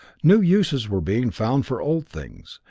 new uses were being found for old things,